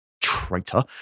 Traitor